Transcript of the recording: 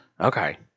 Okay